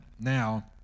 now